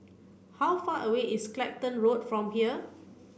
how far away is Clacton Road from here